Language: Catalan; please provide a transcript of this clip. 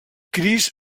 crist